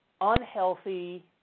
unhealthy